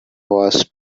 was